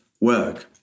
work